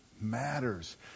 matters